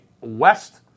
West